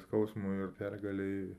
skausmui ir pergalei